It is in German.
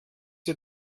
sie